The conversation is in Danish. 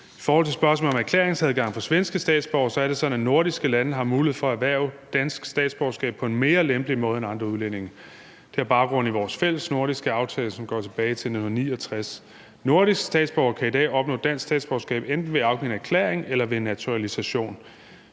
I forhold til spørgsmålet om erklæringsadgangen for svenske statsborgere er det sådan, at nordiske statsborgere har mulighed for at erhverve dansk statsborgerskab på en mere lempelig måde end andre udlændinge. Det har baggrund i vores fælles nordiske aftale, som går tilbage til 1969. Nordiske statsborgere kan i dag opnå dansk statsborgerskab enten ved at afgive en erklæring eller ved naturalisation.